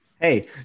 Hey